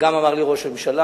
וגם אמר לי ראש הממשלה: